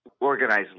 organized